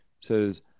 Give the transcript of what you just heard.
says